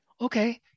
Okay